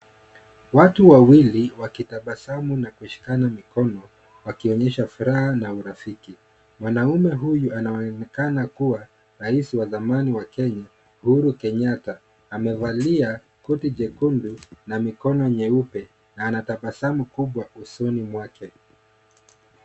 Watu wawili wakitabasamu na kushikana mikono wikionyesha furaha na urafiki, mwanaume huyu anaonekana kuwa rais wa samani wa Kenya Uhuru Kenyatta amevalia koti jekundu na mikono nyeupe na anatabasamu kubwa usoni mwake.